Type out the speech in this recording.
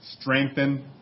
strengthen